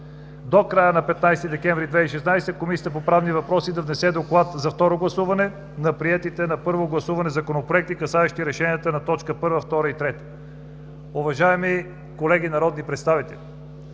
„До края на 15 декември 2016 г. Комисията по правни въпроси да внесе доклад за второ гласуване на приетите на първо гласуване законопроекти, касаещи решенията на т. 1, 2 и 3.“ Уважаеми колеги народни представители,